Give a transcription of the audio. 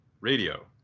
Radio